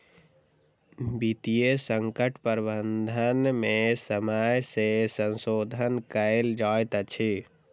वित्तीय संकट प्रबंधन में समय सॅ संशोधन कयल जाइत अछि